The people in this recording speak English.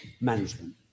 management